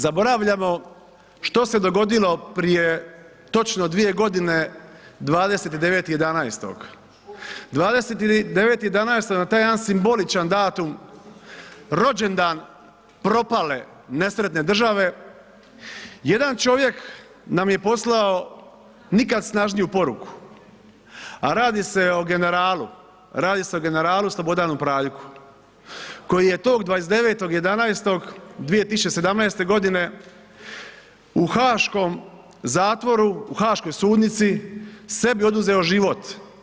Zaboravljamo što se dogodilo prije točno 2 godine 29.11. 29.11., na taj jedan simboličan datum rođendan propale nesretne države, jedan čovjek nam je poslao nikad snažniju poruku, a radi se o generalu, radi se o generalu Slobodanu Praljku koji je tog 29.11.2017. g. u haaškom zatvoru, u haaškoj sudnici, sebi oduzeo život.